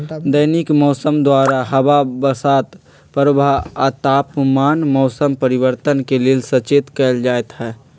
दैनिक मौसम द्वारा हवा बसात प्रवाह आ तापमान मौसम परिवर्तन के लेल सचेत कएल जाइत हइ